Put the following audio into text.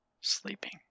Sleeping